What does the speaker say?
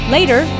Later